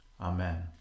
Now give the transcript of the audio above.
Amen